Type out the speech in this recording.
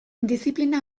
diziplina